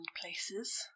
places